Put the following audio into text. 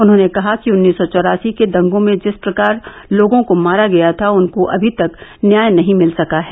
उन्होंने कहा कि उन्नीस सौ चौरासी के दंगों में जिस प्रकार लोगों को मारा गया था उनको अभी तक न्याय नही मिल सका है